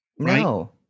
no